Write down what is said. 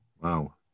wow